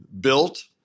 built